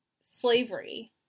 slavery